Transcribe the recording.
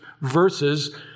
verses